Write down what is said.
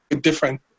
different